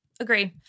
Agreed